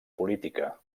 política